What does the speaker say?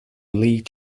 league